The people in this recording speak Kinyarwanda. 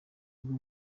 ubwo